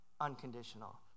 unconditional